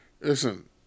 Listen